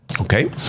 Okay